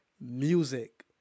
music